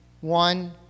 one